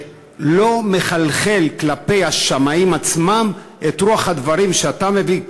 לא מחלחלת לשמאים עצמם רוח הדברים שאתה מביא,